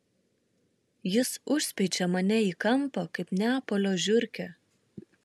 jis užspeičia mane į kampą kaip neapolio žiurkę